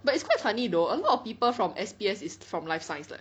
but it's quite funny though a lot of people from S_P_S is from life science leh